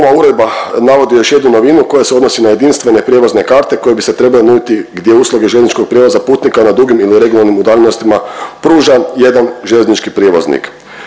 ova uredba navodi još jednu novinu koja se odnosi na jedinstvene prijevozne karte koje bi se trebale nuditi gdje usluge željezničkog prijevoza putnika na dugim ili regularnim udaljenostima pruža jedan željeznički prijevoznik.